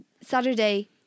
Saturday